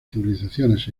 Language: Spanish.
civilizaciones